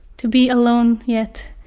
to be alone yet,